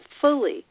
fully